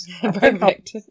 Perfect